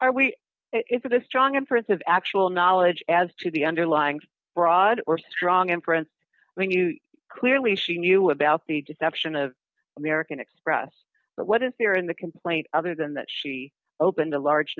are we if for the strong inference of actual knowledge as to the underlying broad or strong in france when you clearly she knew about the deception of american express but what is there in the complaint other than that she opened a large